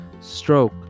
stroke